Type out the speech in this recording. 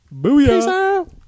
Booyah